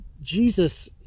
Jesus